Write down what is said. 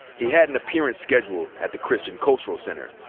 he had an appearance scheduled at the christian cultural center,